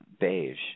beige